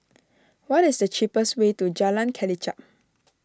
what is the cheapest way to Jalan Kelichap